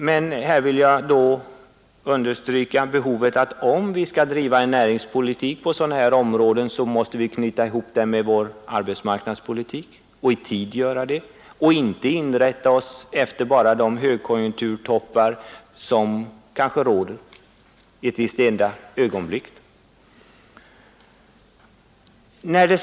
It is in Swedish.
Men jag vill understryka att om vi skall driva en näringspolitik på sådana här områden måste vi i tid knyta ihop den med vår arbetsmarknadspolitik och inte inrätta oss bara efter de högkonjunkturtoppar som kanske råder i ett visst ögonblick.